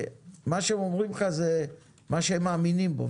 ומה שהם אומרים לך זה מה שהם מאמינים בו.